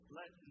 let